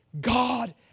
God